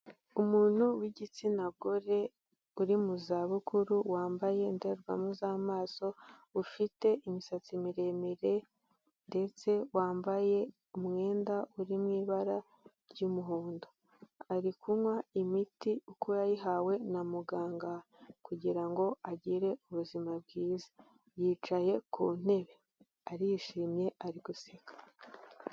Umuntu w'igitsina gore uri mu za bukuru wambaye indorerwamo z'amaso ufite imisatsi miremire ndetse wambaye umwenda uri mu ibara ry'umuhondo, ari kunywa imiti uko yayihawe na muganga, kugira ngo agire ubuzima bwiza, yicaye ku ntebe, arishimye ari guseka.